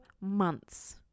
months